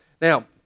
Now